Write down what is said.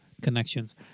connections